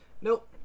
nope